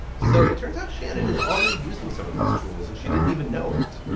so it turns out shannon is already using some of these tools and she didn't even know it.